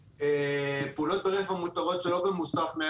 פעולות דרך המותרות שלא במוסך,